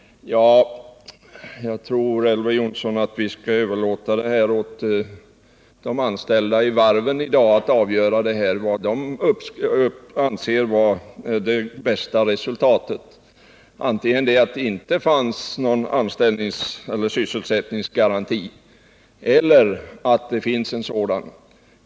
Jag tror, Elver Jonsson, att vi skall överlåta åt de anställda på varven att avgöra vad som är bästa resultatet — att det inte finns någon anställningseller sysselsättningsgaranti eller att det finns en sådan garanti.